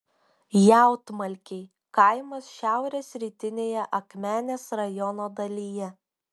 jautmalkiai kaimas šiaurės rytinėje akmenės rajono dalyje